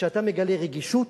שאתה מגלה רגישות